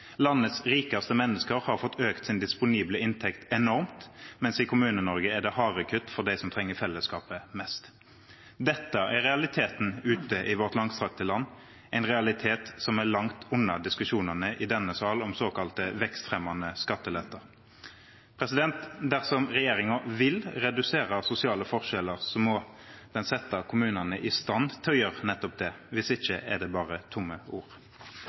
Landets rikeste mennesker har fått økt sin disponible inntekt enormt, mens i Kommune-Norge er det harde kutt for dem som trenger fellesskapet mest. Dette er realiteten ute i vårt langstrakte land, en realitet som er langt unna diskusjonene i denne sal om såkalte vekstfremmende skatteletter. Dersom regjeringen vil redusere sosiale forskjeller, må den sette kommunene i stand til å gjøre nettopp det – hvis ikke er det bare tomme ord.